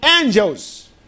angels